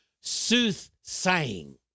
Soothsaying